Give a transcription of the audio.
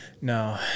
No